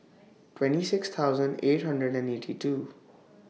twenty six thousand eight hundred and eighty two